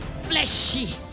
Fleshy